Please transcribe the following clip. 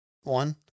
one